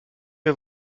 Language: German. wir